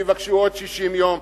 ויבקשו עוד 60 יום,